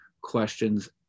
questions